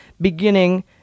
beginning